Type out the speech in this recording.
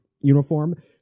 uniform